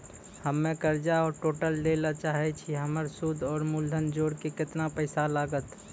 हम्मे कर्जा टोटल दे ला चाहे छी हमर सुद और मूलधन जोर के केतना पैसा लागत?